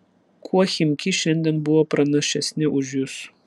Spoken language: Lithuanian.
kuo chimki šiandien buvo pranašesni už jus